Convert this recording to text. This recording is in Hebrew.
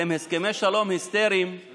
הם הסכמי שלום היסטריים כי